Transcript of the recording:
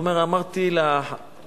הוא אומר: אמרתי לאברכים,